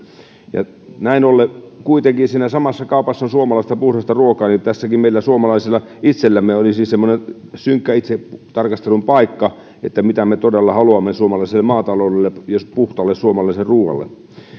näin ollen kun kuitenkin siinä samassa kaupassa on suomalaista puhdasta ruokaa tässäkin meillä suomalaisilla itsellämme olisi semmoinen synkkä itsetarkastelun paikka että mitä me todella haluamme suomalaiselle maataloudelle ja puhtaalle suomalaiselle ruualle